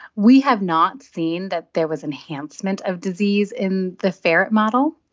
we have not seen that there was enhancement of disease in the ferret model.